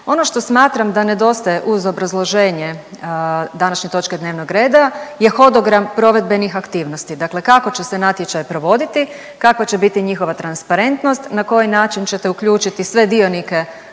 Ono što smatram da nedostaje uz obrazloženje današnje točke dnevnog reda je hodogram provedbenih aktivnosti, dakle kako će se natječaj provoditi, kakva će biti njihova transparentnost, na koji način ćete uključiti sve dionike